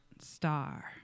Star